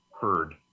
heard